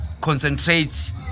concentrate